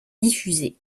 diffusé